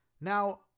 Now